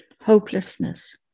hopelessness